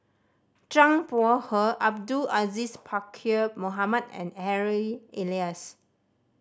Zhang Bohe Abdul Aziz Pakkeer Mohamed and Harry Elias